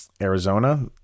Arizona